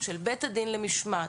של בית הדין למשמעת,